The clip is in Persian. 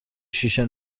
شیشه